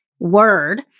word